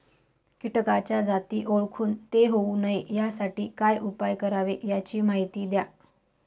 किटकाच्या जाती ओळखून ते होऊ नये यासाठी काय उपाय करावे याची माहिती द्या